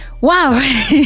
wow